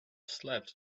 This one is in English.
slept